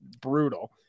brutal